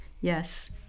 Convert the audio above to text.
Yes